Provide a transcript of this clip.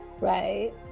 Right